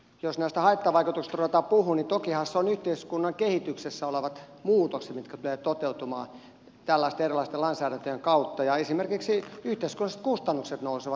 jos näistä haittavaikutuksista ruvetaan puhumaan niin tokihan ne ovat yhteiskunnan kehityksessä olevat muutokset mitkä tulevat toteutumaan tällaisten erilaisten lainsäädäntöjen kautta ja esimerkiksi yhteiskunnalliset kustannukset nousevat